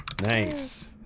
Nice